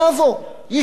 יישר כוח,